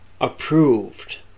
approved